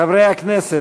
חברי הכנסת,